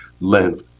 length